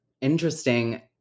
interesting